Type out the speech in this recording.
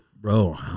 bro